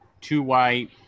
two-white